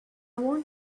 want